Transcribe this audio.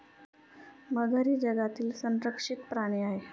मगर ही जगातील संरक्षित प्राणी आहे